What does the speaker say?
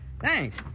Thanks